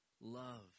love